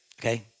okay